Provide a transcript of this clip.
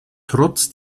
trotz